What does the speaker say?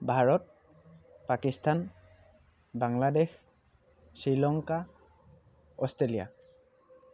Bharat Pakistan Bangladesh Sri Lanka Australia